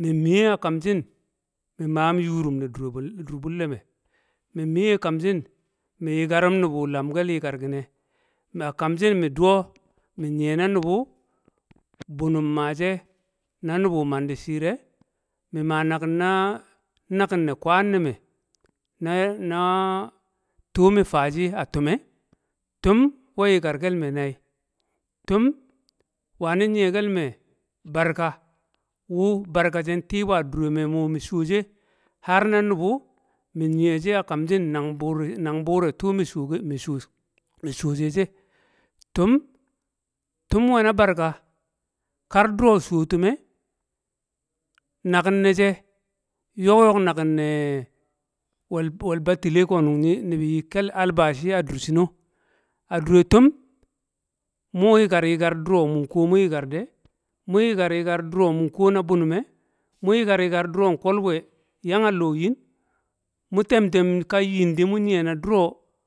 mi mi̱ye̱ a kamshin, mi̱ maam yu̱ram ne dur bu̱le̱me̱, mi miye̱ a kam shin mi yi̱karru̱m nu̱bu̱ lamke̱l yyi̱karikar ki̱ne̱. mi a kam shin mi duwo mi nyiye̱ na nu̱bu̱ bunu̱m maa she̱ na nubu mandi̱ shiire̱, mi ma na kin na- naki̱n ne kwan ne̱ me na- na tuu mi faa shi a tume. tum we yikar kelme nai, tum wani nyiye kel me barka wu barka she nti bu a dure me mi mu shuwo she har na nubu̱ mi nyiye shi̱ a kam shin nan bu̱u̱re̱ nan bu̱u̱re̱ tuu mi shuwo she̱ she tum- tum nwe na barka, kar duro̱ shuwo tum e, nakin ne she nyo̱k- yo̱k naki̱n ne- we̱l- we̱l battile ko nunge i nyi yi- nibi yi albashi a dur shin o, a dure tum mu yi̱kar yi̱kar dʉro̱ mun kuwo mu yikar de, mu yi̱kar yikan mun kuwo na bunum e mu yikar yikar duro nkol bwe yung a loo yin, mu tem- tem ka nyin di mu nyiye̱ na duro̱.